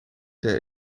der